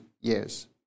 years